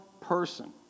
person